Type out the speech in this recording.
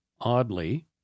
Oddly